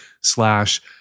slash